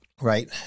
right